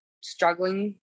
struggling